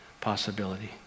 possibility